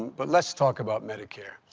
but let's talk about medicare.